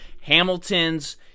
Hamilton's